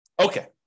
Okay